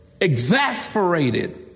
exasperated